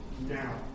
now